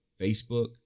Facebook